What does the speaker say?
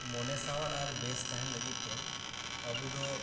ᱢᱚᱱᱮ ᱥᱟᱶᱟᱨ ᱟᱨ ᱵᱮᱥ ᱛᱟᱦᱮᱸᱱ ᱞᱟᱜᱤᱫ ᱛᱮ ᱟᱵᱚ ᱫᱚ